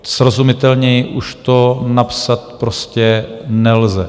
Srozumitelněji už to napsat prostě nelze.